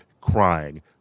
crying